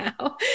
now